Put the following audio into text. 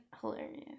hilarious